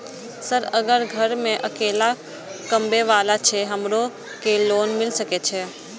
Sir अगर घर में अकेला कमबे वाला छे हमरो के लोन मिल सके छे?